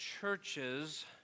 churches